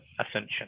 ascension